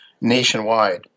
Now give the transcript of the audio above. nationwide